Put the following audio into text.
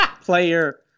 player